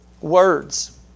words